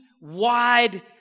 wide